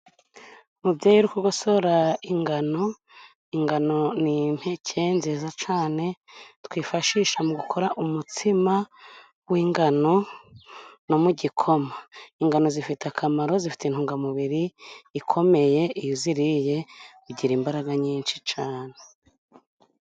Umubyeyi uri kugosora ingano, ingano ni impeke nziza cyane twifashisha mu gukora umutsima w'ingano no mu gikoma. Ingano zifite akamaro, zifite intungamubiri ikomeye, iyo uziriye ugira imbaraga nyinshi cyane.